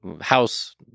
House